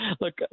Look